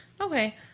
Okay